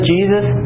Jesus